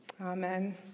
Amen